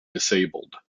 disabled